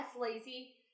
lazy